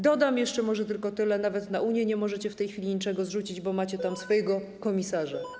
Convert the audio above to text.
Dodam może jeszcze tylko tyle, że nawet na UE nie możecie w tej chwili niczego zrzucić, bo macie tam swojego komisarza.